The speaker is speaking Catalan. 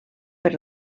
per